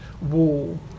wall